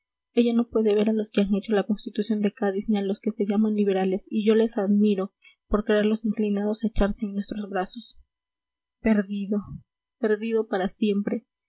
ella no puede ver a los que han hecho la constitución de cádiz ni a los que se llaman liberales y yo les admiro por creerlos inclinados a echarse en nuestros brazos perdido perdido para siempre